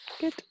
Good